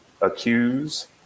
accuse